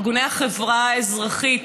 ארגוני החברה האזרחית,